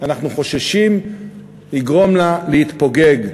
אנחנו חוששים שיגרום לו להתפוגג.